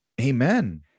Amen